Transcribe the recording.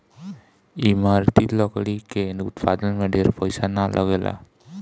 इमारती लकड़ी के उत्पादन में ढेर पईसा ना लगेला